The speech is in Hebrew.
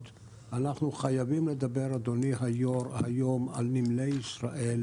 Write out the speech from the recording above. חייבים לדבר היום על נמלי ישראל,